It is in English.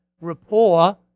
rapport